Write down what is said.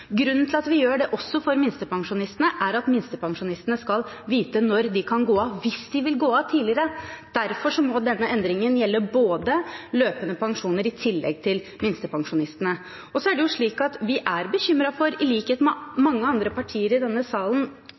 Grunnen til at vi gjør det også for minstepensjonistene, er at de skal vite når de kan de gå av hvis de vil gå av tidligere. Derfor må denne endringen gjelde løpende pensjoner i tillegg til minstepensjonistene. I likhet med mange andre partier i denne salen er